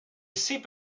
sip